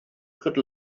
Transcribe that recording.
could